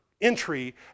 entry